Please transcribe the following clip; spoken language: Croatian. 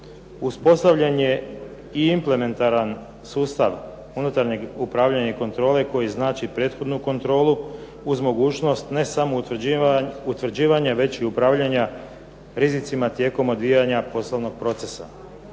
Uspostavljen je i implementiran sustav unutarnjeg upravljanja i kontrole koji znači prethodnu kontrolu uz mogućnost ne samo utvrđivanja već i upravljanja rizicima tijekom odvijanja poslovnog procesa.